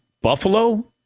Buffalo